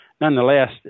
nonetheless